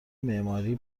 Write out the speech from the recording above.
معماری